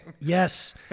Yes